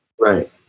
Right